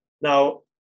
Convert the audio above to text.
Now